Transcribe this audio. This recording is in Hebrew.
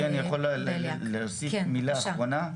גברתי, אני יכול להוסיף מילה אחרונה?